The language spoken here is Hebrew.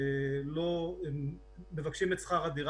למע"מ מזומן.